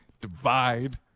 divide